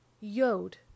Yod